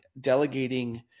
delegating